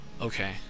okay